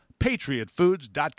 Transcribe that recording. PatriotFoods.com